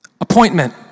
Appointment